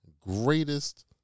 greatest